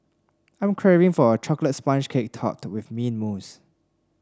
I am craving for a chocolate sponge cake topped with mint mousse